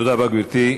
תודה רבה, גברתי.